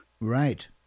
Right